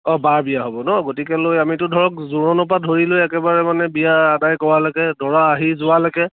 অঁ বাৰ বিয়া হ'ব ন' গতিকেলৈ আমিতো ধৰক জোৰোণৰ পৰা ধৰি লৈ একেবাৰে মানে বিয়া আদায় কৰালৈকে দৰা আহি যোৱালৈকে